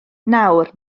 nawr